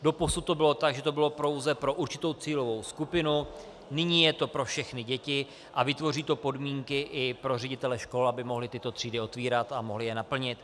Doposud to bylo tak, že to bylo pouze pro určitou cílovou skupinu, nyní je to pro všechny děti a vytvoří to podmínky i pro ředitele škol, aby mohli tyto třídy otevírat a mohli je naplnit.